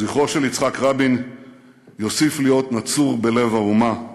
זכרו של יצחק רבין יוסיף להיות נצור בלב האומה,